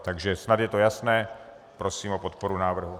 Takže snad je to jasné, prosím o podporu návrhu.